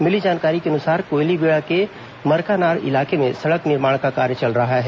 मिली जानकारी के अनुसार कोयलीबेड़ा के मरकानार इलाके में सड़क निर्माण का कार्य चल रहा है